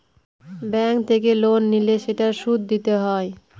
bank থেকে loan নিলে সেটার সুদ দিতে হয়